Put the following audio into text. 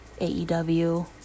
AEW